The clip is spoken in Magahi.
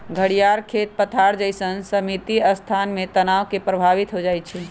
घरियार खेत पथार जइसन्न सीमित स्थान में तनाव से प्रभावित हो जाइ छइ